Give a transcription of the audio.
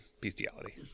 bestiality